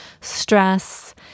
stress